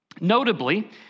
notably